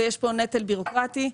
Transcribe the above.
ויש פה נטל בירוקרטי.